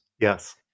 Yes